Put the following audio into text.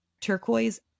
turquoise